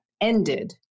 ended